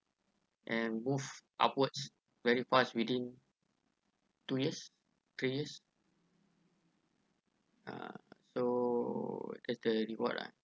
and move upwards very fast within two years three years ah so it's the reward lah